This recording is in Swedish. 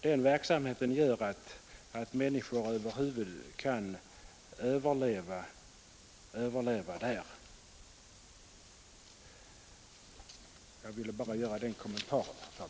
Den verksamheten gör att människor över huvud taget kan överleva där. — Jag ville bara göra den kommentaren.